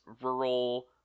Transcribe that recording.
rural